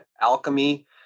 alchemy